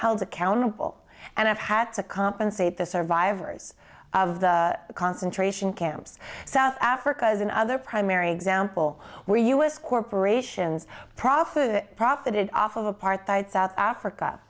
held accountable and have had to compensate the survivors of the concentration camps south africa is another primary example where u s corporations profit profited off of apartheid south africa